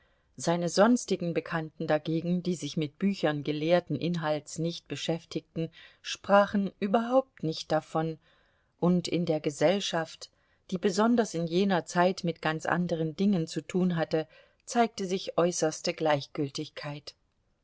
seine sonstigen bekannten dagegen die sich mit büchern gelehrten inhalts nicht beschäftigten sprachen überhaupt nicht davon und in der gesellschaft die besonders in jener zeit mit ganz anderen dingen zu tun hatte zeigte sich äußerste gleichgültigkeit